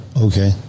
Okay